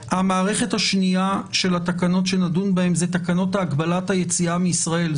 המערכת השנייה של התקנות שנדון בהן היא תקנות הגבלת היציאה מישראל.